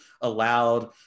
allowed